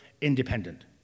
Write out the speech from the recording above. independent